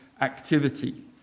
activity